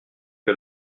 que